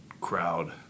crowd